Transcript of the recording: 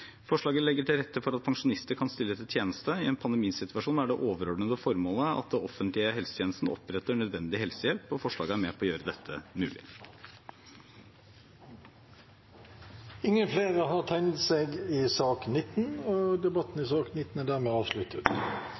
Forslaget legger til rette for at pensjonister kan stille til tjeneste i en pandemisituasjon der det overordnede formålet er at den offentlige helsetjenesten oppretter nødvendig helsehjelp, og forslaget er med på å gjøre dette mulig. Flere har ikke bedt om ordet til sak nr. 19. Etter ønske fra arbeids- og sosialkomiteen vil presidenten ordne debatten